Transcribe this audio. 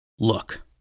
Look